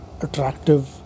attractive